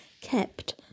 kept